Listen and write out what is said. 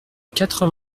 quatre